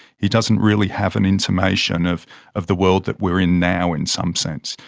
he doesn't really have an intimation of of the world that we're in now, in some sense.